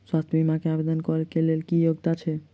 स्वास्थ्य बीमा केँ आवेदन कऽ लेल की योग्यता छै?